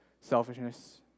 selfishness